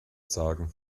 sagen